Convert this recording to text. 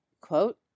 quote